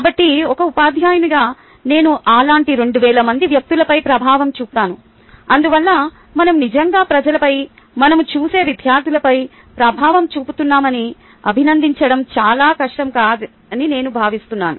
కాబట్టి ఒక ఉపాధ్యాయునిగా నేను అలాంటి 2000 మంది వ్యక్తులపై ప్రభావం చూపుతాను అందువల్ల మనం నిజంగా ప్రజలపై మనం చూసే విద్యార్థులపై ప్రభావం చూపుతున్నామని అభినందించడం చాలా కష్టం కాదని నేను భావిస్తున్నాను